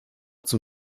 zum